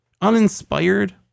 uninspired